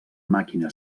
màquina